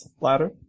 ladder